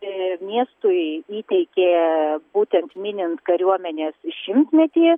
ee miestui įteikė būtent minint kariuomenės šimtmetį